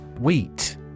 Wheat